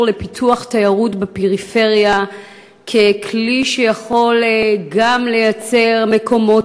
לפיתוח תיירות בפריפריה ככלי שיכול גם לייצר מקומות